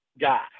guy